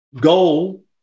goal